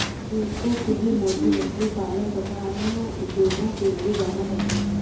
थूथूकुड़ी मोती मछली पालन तथा अन्य उद्योगों के लिए जाना जाता है